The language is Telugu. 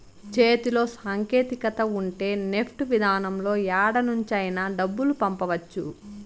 చేతిలో సాంకేతికత ఉంటే నెఫ్ట్ విధానంలో యాడ నుంచైనా డబ్బులు పంపవచ్చు